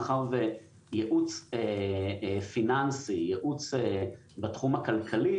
מאחר וייעוץ פיננסי או ייעוץ בתחום הכלכלי,